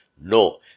No